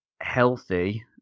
healthy